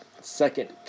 second